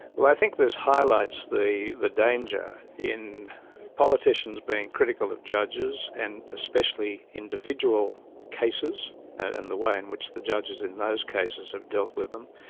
well, i think this highlights the the danger in politicians being critical of judges, and especially individual cases and the way in which the judges in those cases have dealt with them.